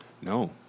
no